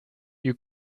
you